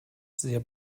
sehr